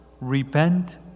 repent